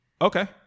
okay